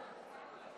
מאוד